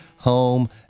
home